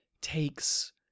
takes